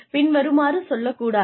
பின்வருமாறு சொல்லக் கூடாது